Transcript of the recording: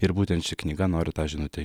ir būtent ši knyga nori tą žinutę